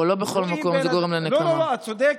גברתי, משפט